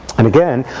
and, again,